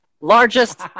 largest